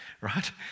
right